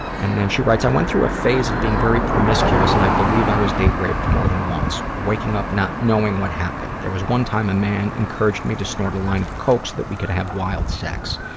and then, she writes, i went through a phase of being very promiscuous, and i believe i was date raped more than once. waking up, not knowing what happened. there was one time a man encouraged me to snort a line of coke so that we could have wild sex.